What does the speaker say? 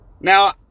Now